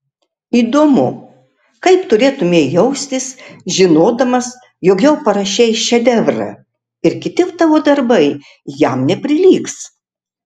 įdomu kaip turėtumei jaustis žinodamas jog jau parašei šedevrą ir kiti tavo darbai jam neprilygs